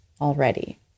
already